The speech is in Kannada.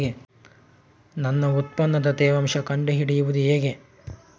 ನನ್ನ ಉತ್ಪನ್ನದ ತೇವಾಂಶ ಕಂಡು ಹಿಡಿಯುವುದು ಹೇಗೆ?